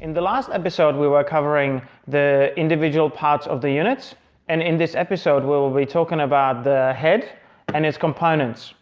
in the last episode we were covering the individual parts of the units and in this episode we'll be talking about the head and its components